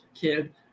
kid